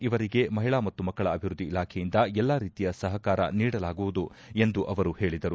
ಇವರಿಗೆ ಮಹಿಳಾ ಮತ್ತು ಮಕ್ಕಳ ಅಭಿವೃದ್ಧಿ ಇಲಾಖೆಯಿಂದ ಎಲ್ಲಾ ರೀತಿಯ ಸಹಕಾರ ನೀಡಲಾಗುವುದು ಎಂದು ಅವರು ಹೇಳದರು